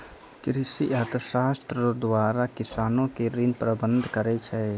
कृषि अर्थशास्त्र द्वारा किसानो के ऋण प्रबंध करै छै